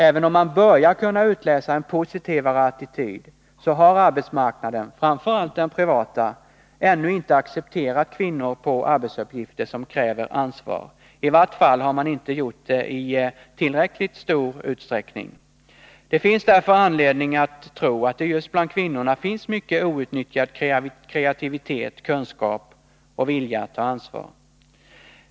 Även om man börjar kunna utläsa en positivare attityd så har arbetsmarknaden, framför allt den privata, ännu inte accepterat att kvinnor har arbetsuppgifter som kräver ansvar. I vart fall har man inte gjort det i tillräckligt stor utsträckning. Det finns därför anledning att tro att det just bland kvinnorna finns mycket outnyttjad kreativitet, kunskap och vilja att ta ansvar.